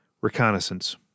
Reconnaissance